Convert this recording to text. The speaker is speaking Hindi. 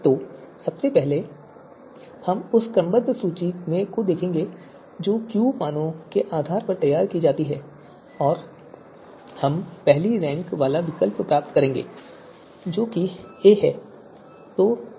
तो सबसे पहले हम उस क्रमबद्ध सूची को देखेंगे जो Q मानों के आधार पर तैयार की जाती है और हम पहली रैंक वाला विकल्प प्राप्त करेंगे जो कि a है